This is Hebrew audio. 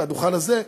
הדוכן הזה,